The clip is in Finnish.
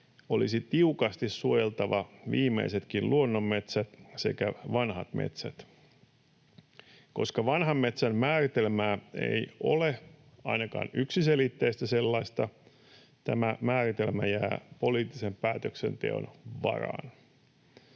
olisi tiukasti suojeltava viimeisetkin luonnonmetsät sekä vanhat metsät. Koska vanhan metsän määritelmää ei ole, ainakaan yksiselitteistä sellaista, tämä määritelmä jää poliittisen päätöksenteon varaan.